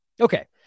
Okay